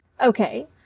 Okay